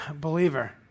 believer